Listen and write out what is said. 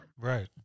Right